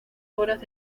horas